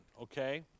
Okay